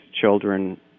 children